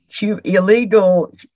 illegal